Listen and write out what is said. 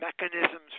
mechanisms